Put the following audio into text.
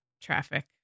Traffic